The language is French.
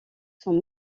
sont